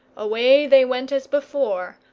away they went as before,